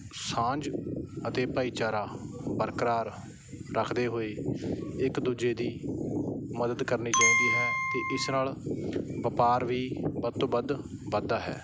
ਸਾਂਝ ਅਤੇ ਭਾਈਚਾਰਾ ਬਰਕਰਾਰ ਰੱਖਦੇ ਹੋਏ ਇੱਕ ਦੂਜੇ ਦੀ ਮਦਦ ਕਰਨੀ ਚਾਹੀਦੀ ਹੈ ਅਤੇ ਇਸ ਨਾਲ ਵਪਾਰ ਵੀ ਵੱਧ ਤੋਂ ਵੱਧ ਵਧਦਾ ਹੈ